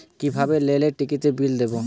কিভাবে রেলের টিকিটের বিল দেবো?